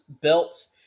built